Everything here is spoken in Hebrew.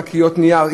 שקיות נייר,